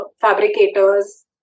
fabricators